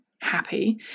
happy